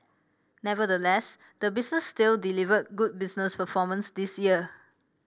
nevertheless the business still delivered good business performance this year